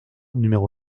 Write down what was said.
numéro